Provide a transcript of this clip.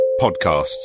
podcasts